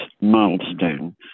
milestone